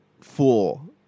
fool